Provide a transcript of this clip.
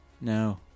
No